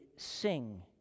sing